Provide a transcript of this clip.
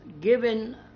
given